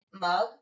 mug